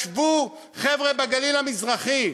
ישבו חבר'ה בגליל המזרחי.